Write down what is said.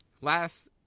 Last